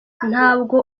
ntabwo